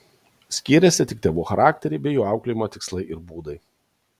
skyrėsi tik tėvų charakteriai bei jų auklėjimo tikslai ir būdai